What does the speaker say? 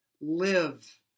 Live